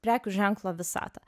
prekių ženklo visatą